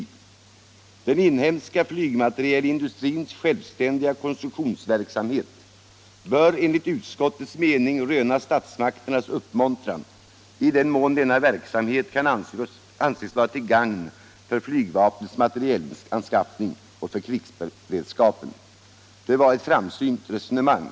——- Den inhemska flygmaterielindustrins självständiga konstruktionsverksamhet bör enligt utskottets mening röna statsmakternas uppmuntran i den mån denna verksamhet kan anses vara till gagn för flygvapnets materielanskaffning och för krigsberedskapen.” Det var ett framsynt resonemang.